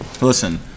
listen